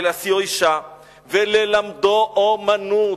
להשיאו אשה וללמדו אומנות.